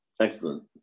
Excellent